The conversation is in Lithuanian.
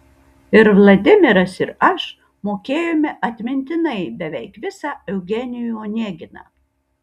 ir vladimiras ir aš mokėjome atmintinai beveik visą eugenijų oneginą